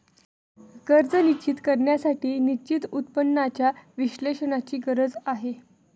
कर्ज निश्चित करण्यासाठी निश्चित उत्पन्नाच्या विश्लेषणाची गरज आहे